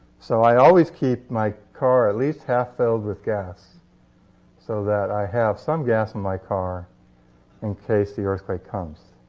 so i always keep my car at least half-filled with gas so that i have some gas in my car in case the earthquake comes.